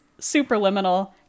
Superliminal